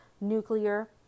nuclear